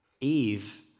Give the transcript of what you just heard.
Eve